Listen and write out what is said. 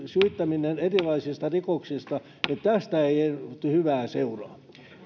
syyttäminen erilaisista rikoksista niin tästä ei hyvää seuraa